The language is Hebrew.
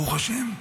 ברוך השם,